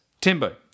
Timbo